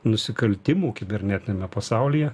nusikaltimų kibernetiniame pasaulyje